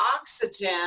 oxygen